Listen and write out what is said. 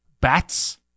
Bats